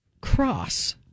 cross